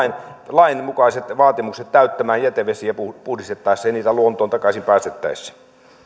lainmukaiset vaatimukset täyttämään jätevesiä puhdistettaessa ja niitä luontoon takaisin päästettäessä